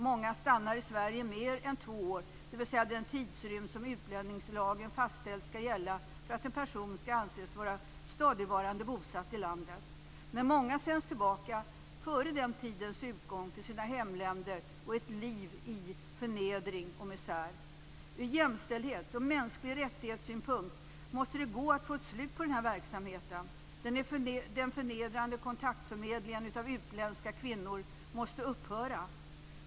Många stannar i Sverige mer än två år, dvs. den tidsrymd som utlänningslagen fastställt skall gälla för att en person skall anses vara stadigvarande bosatt i landet. Men många sänds också före den tidens utgång tillbaka till sina hemländer och till ett liv i förnedring och misär. Ur jämställdhetens och de mänskliga rättigheternas synpunkt måste det gå att få ett slut på den här verksamheten. Den förnedrande kontaktförmedlingen med utländska kvinnor måste upphöra.